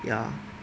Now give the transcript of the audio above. ya